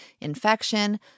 infection